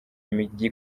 mijyi